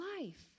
life